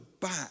back